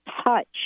touch